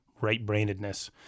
right-brainedness